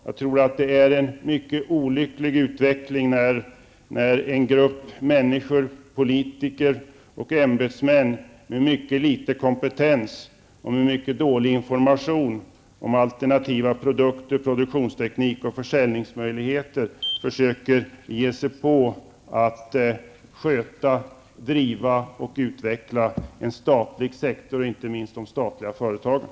Jag tror att det är en mycket olycklig utveckling om en grupp människor, politiker och ämbetsmän, med mycket liten kompetens och med mycket dålig information om alternativa produkter, produktionsteknik och försäljningsmöjligheter försöker ge sig på att sköta, driva och utveckla en statlig sektor. Det gäller då inte minst de statliga företagen.